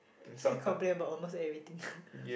ya I complain about almost everything